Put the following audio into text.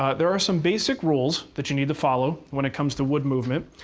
ah there are some basic rules that you need to follow when it comes to wood movement.